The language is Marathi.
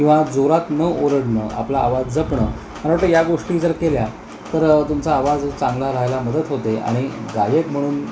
किंवा जोरात न ओरडणं आपला आवाज जपणं मला वाटत या गोष्टी जर केल्या तर तुमचा आवाज चांगला राहायला मदत होते आणि गायक म्हणून